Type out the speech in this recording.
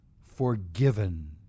forgiven